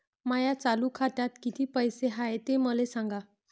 माया चालू खात्यात किती पैसे हाय ते मले सांगा